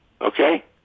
Okay